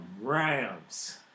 Rams